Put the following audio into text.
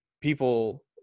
people